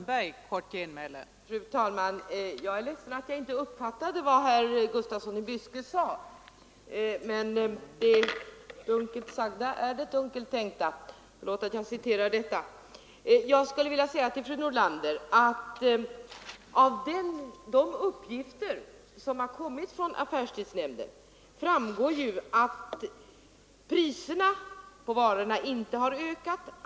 Fru talman! Jag är ledsen att jag inte uppfattade vad herr Gustafsson i Byske sade. Men det dunkelt sagda är det dunkelt tänkta — förlåt att jag citerar detta. 5 Till fru Nordlander vill jag säga att av de uppgifter som kommit från affärstidsnämnden framgår ju att priserna på varorna inte har ökat.